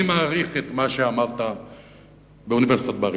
אני מעריך את מה שאמרת באוניברסיטת בר-אילן.